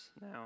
now